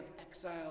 exile